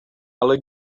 ale